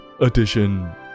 edition